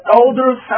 elders